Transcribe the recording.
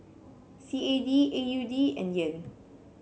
C A D A U D and Yen